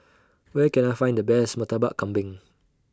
Where Can I Find The Best Murtabak Kambing